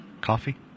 Coffee